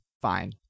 Fine